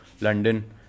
London